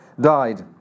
died